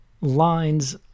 lines